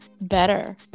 better